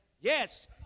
yes